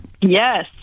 Yes